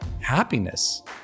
happiness